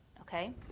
Okay